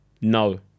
No